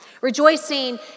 Rejoicing